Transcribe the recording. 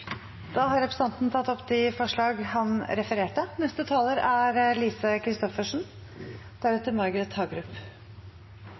Da har representanten Per-Willy Amundsen tatt opp det forslaget han refererte til. Dette er